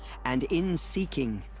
and in seeking.